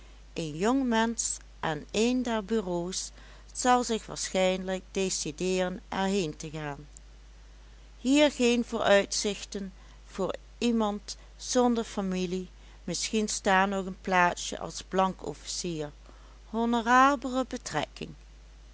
een jong mensch aan een der bureaux zal zich waarschijnlijk décideeren er heen te gaan hier geen vooruitzichten voor iemand zonder familie misschien daar nog een plaatsje als blankofficier honorable betrekking